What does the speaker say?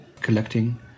collecting